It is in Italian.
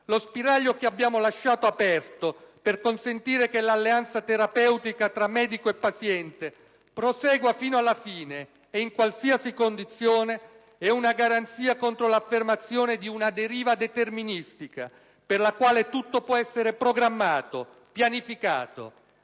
Lo spiraglio che abbiamo lasciato aperto, per consentire che l'alleanza terapeutica tra medico e paziente prosegua fino alla fine e in qualsiasi condizione, è una garanzia contro l'affermazione di una deriva deterministica, per la quale tutto può essere programmato, pianificato,